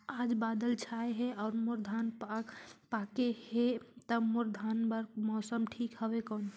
आज बादल छाय हे अउर मोर धान पके हे ता मोर धान बार मौसम ठीक हवय कौन?